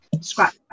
Scratch